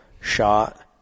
shot